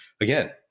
Again